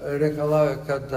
reikalauja kad